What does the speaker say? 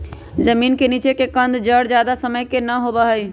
जमीन के नीचे के कंद जड़ ज्यादा समय के ना होबा हई